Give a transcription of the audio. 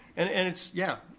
and and it's, yeah,